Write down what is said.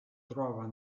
trova